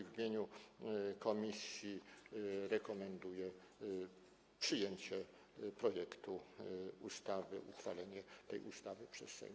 W imieniu komisji rekomenduję przyjęcie projektu ustawy, uchwalenie tej ustawy przez Sejm.